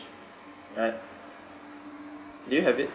right do you have it